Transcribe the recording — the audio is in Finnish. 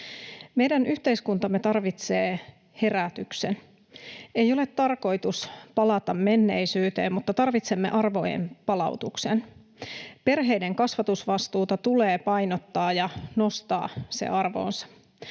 Meidän yhteiskuntamme tarvitsee herätyksen. Ei ole tarkoitus palata menneisyyteen, mutta tarvitsemme arvojen palautuksen. Perheiden kasvatusvastuuta tulee painottaa ja nostaa se arvoonsa.